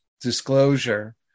disclosure